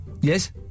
Yes